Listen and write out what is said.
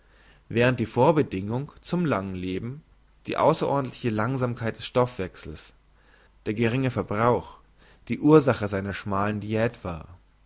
während die vorbedingung zum langen leben die ausserordentliche langsamkeit des stoffwechsels der geringe verbrauch die ursache seiner schmalen diät war